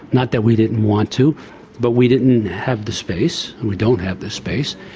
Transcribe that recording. not that we didn't want to but we didn't have the space, we don't have the space,